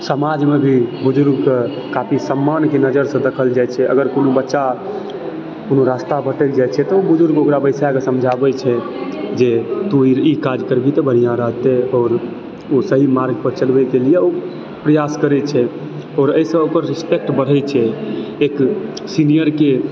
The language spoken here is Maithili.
समाजमे भी बुजुर्गके काफी सम्मानके नजरसँ देखल जाइ छै अगर कोनो बच्चा कोनो रास्ता भटकि जाइ छै तऽ ओ बुजुर्ग ओकरा बैसाके समझाबै छै जे तू ई काज करबिही तऽ बढ़िआँ रहतै आओर ओ सही मार्ग पर चलबैके लिए प्रयास करै छै आओर एहिसँ ओकर रिस्पेक्ट बढ़ै छै एक सीनियरके